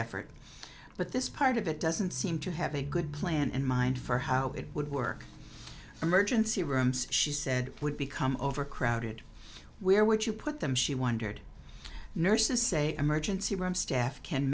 effort but this part of it doesn't seem to have a good plan in mind for how it would work emergency rooms she said would become overcrowded where would you put them she wondered nurses say emergency room staff can